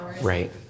Right